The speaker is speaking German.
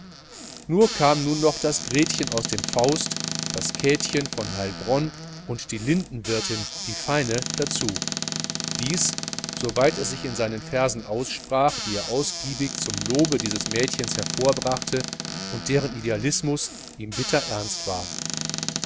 nur kam nun noch das gretchen aus dem faust das käthchen von heilbronn und die lindenwirtin die feine dazu dies soweit es sich in seinen versen aussprach die er ausgiebig zum lobe dieses mädchens hervorbrachte und deren idealismus ihm bitter ernst war